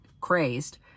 crazed